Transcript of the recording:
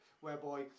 whereby